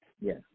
Yes